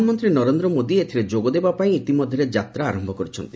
ପ୍ରଧାନମନ୍ତ୍ରୀ ନରେନ୍ଦ୍ର ମୋଦି ଏଥିରେ ଯୋଗଦେବା ପାଇଁ ଇତିମଧ୍ୟରେ ଯାତ୍ରା ଆରମ୍ଭ କରିଛନ୍ତି